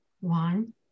one